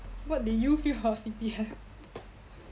what do you feel about C_P_F